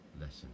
lesson